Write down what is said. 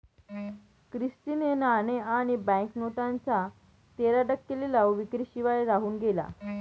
Christie चे नाणे आणि बँक नोटांचा तेरा टक्के लिलाव विक्री शिवाय राहून गेला